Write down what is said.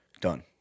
done